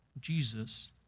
Jesus